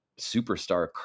superstar